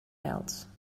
else